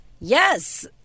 Yes